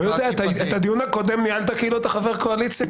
את הדיון הקודם ניהלת כאילו אתה חבר קואליציה,